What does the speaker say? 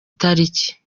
taliki